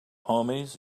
homies